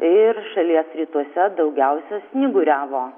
ir šalies rytuose daugiausia snyguriavo